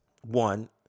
One